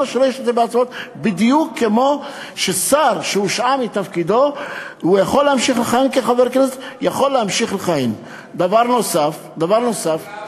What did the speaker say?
בדיוק כמו ששר שהושעה מתפקידו יכול להמשיך לכהן כחבר כנסת.